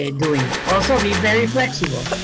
ah doing. also, be very flexible.